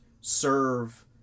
serve